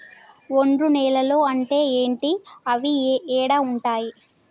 ఒండ్రు నేలలు అంటే ఏంటి? అవి ఏడ ఉంటాయి?